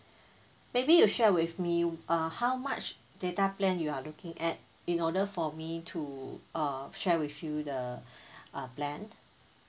maybe you share with me uh how much data plan you are looking at in order for me to uh share with you the uh plan